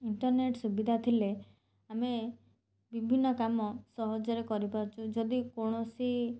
internet ସୁବିଧା ଥିଲେ ଆମେ ବିଭିନ୍ନ କାମ ସହଜରେ କରିପାରୁଛୁ ଯଦି କୌଣସି